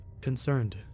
concerned